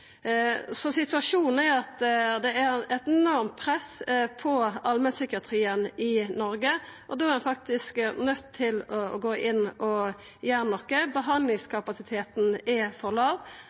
Så situasjonen er at det er eit enormt press på allmennpsykiatrien i Noreg, og da er ein faktisk nøydd til å gå inn og gjera noko. Behandlingskapasiteten er for